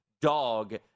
dog